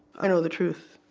i know the truth.